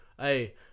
hey